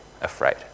afraid